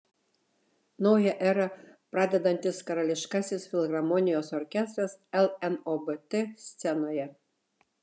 naują erą pradedantis karališkasis filharmonijos orkestras lnobt scenoje